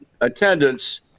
attendance